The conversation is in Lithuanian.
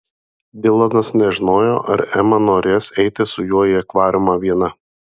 dilanas nežinojo ar ema norės eiti su juo į akvariumą viena